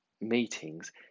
meetings